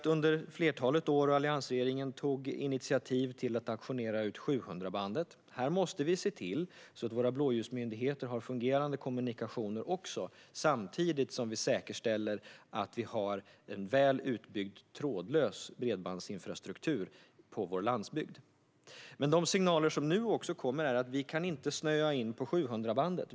Alliansregeringen tog initiativ till att auktionera ut 700-bandet. Här måste vi se till att våra blåljusmyndigheter har fungerande kommunikationer samtidigt som vi säkerställer att det finns en väl utbyggd trådlös bredbandsinfrastruktur på vår landsbygd. Men de signaler som nu kommer är att vi inte kan snöa in på 700-bandet.